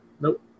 Nope